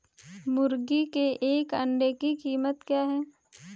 मुर्गी के एक अंडे की कीमत क्या है?